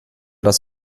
das